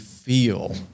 feel